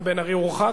בן-ארי הורחק?